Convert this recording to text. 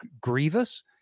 grievous